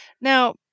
Now